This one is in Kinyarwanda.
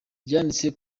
yanditse